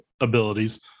abilities